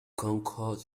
concord